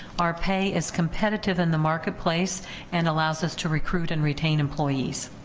our pay is competitive in the marketplace and allows us to recruit and retain employees.